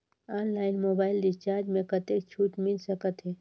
Online mobile recharge मे कतेक छूट मिल सकत हे?